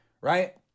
right